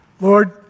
Lord